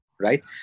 right